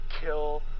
kill